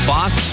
Fox